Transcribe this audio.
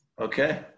Okay